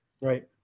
Right